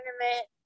tournament